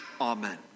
Amen